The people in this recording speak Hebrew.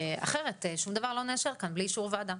אחרת, לא נאשר כאן שום דבר בלי אישור ועדה.